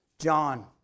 John